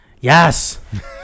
Yes